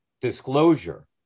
disclosure